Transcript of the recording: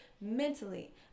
mentally